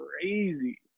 crazy